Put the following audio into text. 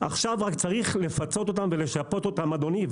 עכשיו רק צריך לפצות אותם ולשפות אותם אדוני,